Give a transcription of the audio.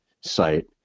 site